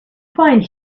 find